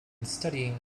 studying